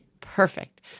Perfect